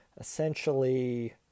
essentially